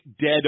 dead